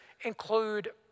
include